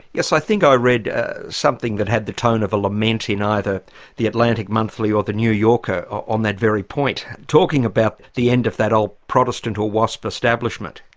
yes, i think i read something that had the tone of a lament in either the atlantic monthly or the new yorker on that very point, talking about the end of that old protestant or wasp establishment.